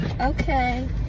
Okay